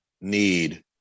need